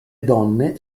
donne